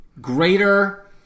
greater